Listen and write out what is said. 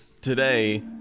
today